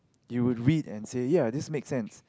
you would read and say ya this makes sense